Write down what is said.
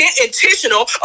intentional